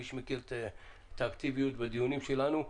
מי שמכיר את האקטיביות בדיונים שלנו.